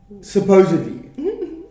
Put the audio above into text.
Supposedly